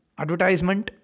advertisement